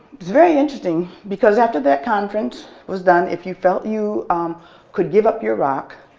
very interesting because after that conference was done, if you felt you could give up your rock,